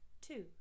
Two